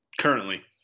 currently